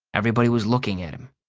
everybody was looking at him.